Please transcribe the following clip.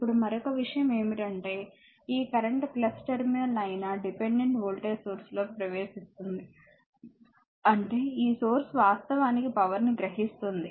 ఇప్పుడు మరొక విషయం ఏమిటంటే ఈ కరెంట్ టెర్మినల్ అయిన డిపెండెంట్ వోల్టేజ్ సోర్స్ లోకి ప్రవేశిస్తుంది అంటే ఈ సోర్స్ వాస్తవానికి పవర్ ని గ్రహిస్తుంది